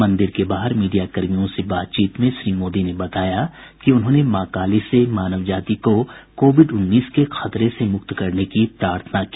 मंदिर के बाहर मीडिया कर्मियों से बातचीत में श्री मोदी ने बताया कि उन्होंने मां काली से मानव जाति को कोविड उन्नीस के खतरे से मुक्त करने की प्रार्थना की